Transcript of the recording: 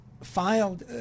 filed